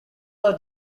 was